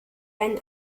ein